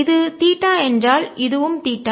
இது தீட்டா என்றால் இதுவும் தீட்டா